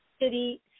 city